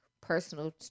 personal